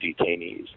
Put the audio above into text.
detainees